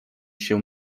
się